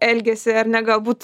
elgesį ar ne galbūt